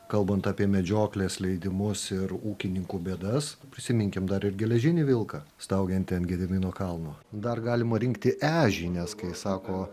kalbant apie medžioklės leidimus ir ūkininkų bėdas prisiminkim dar ir geležinį vilką staugiantį ant gedimino kalno dar galima rinkti ežį nes kai sako